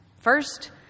First